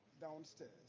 downstairs